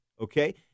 Okay